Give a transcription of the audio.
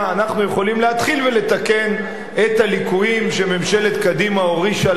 אנחנו יכולים להתחיל ולתקן את הליקויים שממשלת קדימה הורישה לנו,